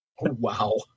Wow